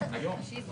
הישיבה